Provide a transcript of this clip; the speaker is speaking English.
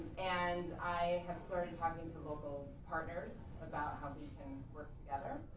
and i have started talking to local partners about how we can work together.